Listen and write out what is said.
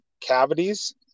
cavities